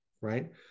Right